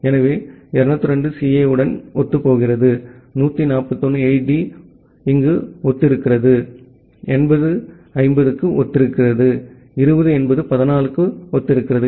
எனவே 202 CA உடன் ஒத்துப்போகிறது 141 8D க்கு ஒத்திருக்கிறது 80 50 க்கு ஒத்திருக்கிறது 20 என்பது 14 க்கு ஒத்திருக்கிறது